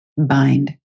bind